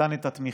נתן את התמיכה.